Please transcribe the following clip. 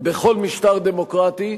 בכל משטר דמוקרטי,